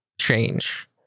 change